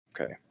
Okay